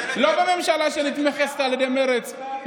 לא בממשלה שנתמכת על ידי מרצ,